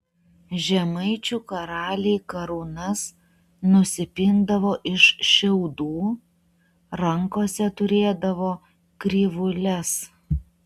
žemaičių karaliai karūnas nusipindavo iš šiaudų rankose turėdavo krivūles